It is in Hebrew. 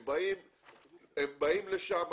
הם באים לשם,